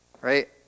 Right